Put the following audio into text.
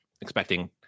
expecting